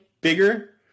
bigger